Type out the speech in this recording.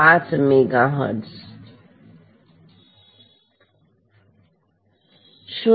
5 megahertz 0